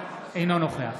אינו נוכח